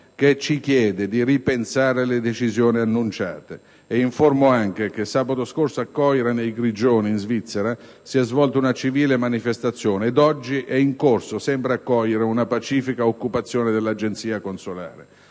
quale ci chiede di ripensare le decisioni annunciate, e la informo anche che sabato scorso a Coira, nel Cantone dei Grigioni, in Svizzera, si è svolta una civile manifestazione ed oggi è in corso, sempre a Coira, una pacifica occupazione dell'agenzia consolare.